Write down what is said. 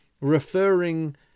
referring